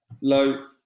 low